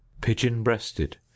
pigeon-breasted